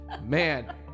Man